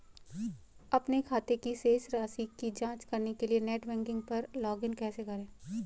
अपने खाते की शेष राशि की जांच करने के लिए नेट बैंकिंग पर लॉगइन कैसे करें?